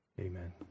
Amen